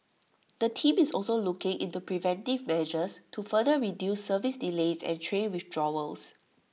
the team is also looking into preventive measures to further reduce service delays and train withdrawals